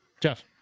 Jeff